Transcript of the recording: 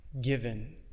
given